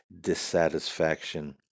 dissatisfaction